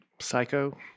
Psycho